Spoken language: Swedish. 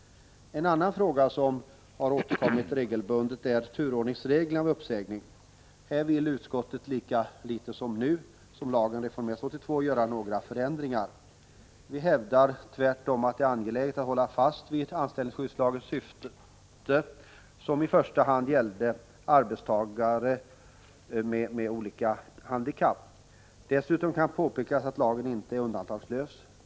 En annan fråga som har återkommit regelbundet är turordningsreglerna vid uppsägning. Här vill utskottet lika litet nu som då lagen reformerades 1982 göra några förändringar. Vi hävdar tvärtom att det är angeläget att man håller fast vid anställningsskyddslagens syfte som i första hand gäller arbetstagare med olika handikapp. Dessutom kan påpekas att lagen inte är undantagslös.